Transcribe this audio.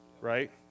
right